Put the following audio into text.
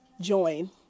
join